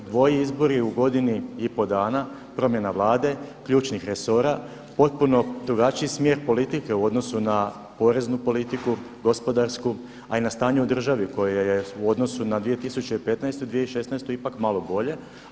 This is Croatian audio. Jer dvoji izbori u godini i pol dana, promjena Vlade, ključnih resora, potpuno drugačiji smjer politike u odnosu na poreznu politiku, gospodarsku, a i na stanje u državi koje je u odnosu na 2015. i 2016. ipak malo bolje.